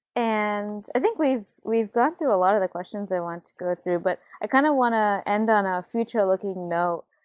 and i think we've we've gone through a lot of the questions i wanted to go through, but i kind of want to end on a future-looking note.